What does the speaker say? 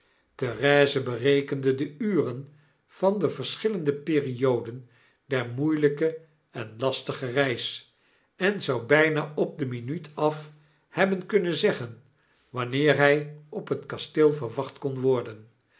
therese berekende de uren van de verschijlende perioden der moeilpe en lastige reis en zou bpa op de minuut af hebben kunnen zeggen wanneer hjj op het kasteel verwacht kon worden